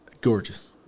gorgeous